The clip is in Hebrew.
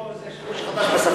או שזה שימוש חדש בשפה?